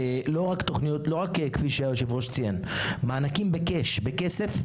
לא רק כפי שהיו"ר ציין, מענקים בכסף.